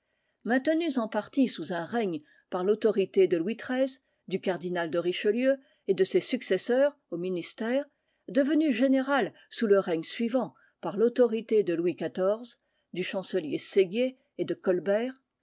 maintenues en partie sous un règne par l'autorité de louis xiii du cardinal de richelieu et de ses successeurs au ministère devenues générales sous le règne suivant par l'autorité de louis xiv du chancelier séguier et de colbert